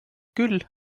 küll